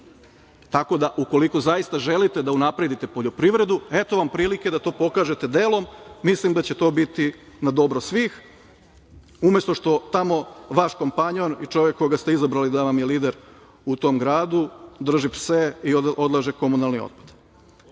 Tako da, ukoliko zaista želite da unapredite poljoprivredu, eto vam prilike da to pokažete delom. Mislim da će to biti na dobro svih, umesto što tamo vaš kompanjon i čovek koga ste izabrali da vam je lider u tom gradu drži pse i odlaže komunalni otpad. Što